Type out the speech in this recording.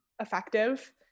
effective